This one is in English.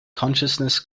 consciousness